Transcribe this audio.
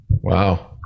Wow